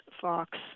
Fox